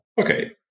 Okay